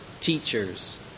teachers